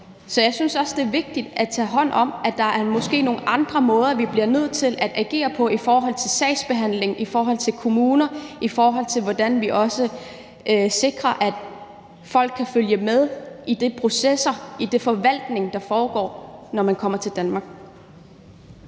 Så jeg synes også, det er vigtigt at tage hånd om, at der måske er nogle andre måder, vi bliver nødt til at agere på, hvad angår sagsbehandling i forhold til kommuner, i forhold til hvordan vi også sikrer, at folk kan følge med i processerne i den forvaltning, der foregår, når man kommer til Danmark.